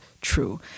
true